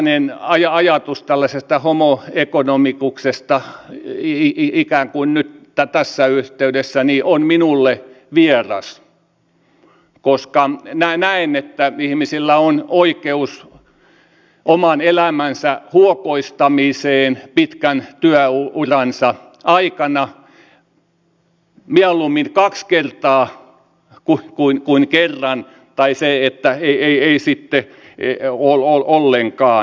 tällainen ajatus tällaisesta homo economicuksesta ikään kuin nyt tässä yhteydessä on minulle vieras koska näen että ihmisellä on oikeus oman elämänsä huokoistamiseen pitkän työuransa aikana mieluummin kaksi kertaa kuin kerran tai ei sitten ollenkaan